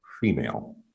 female